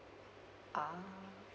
ah